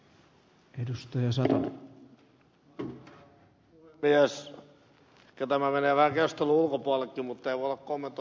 ehkä tämä menee vähän keskustelun ulkopuolellekin mutta en voi olla kommentoimatta ed